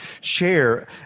share